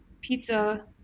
pizza